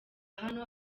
hano